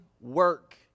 work